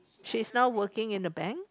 she's now working in the bank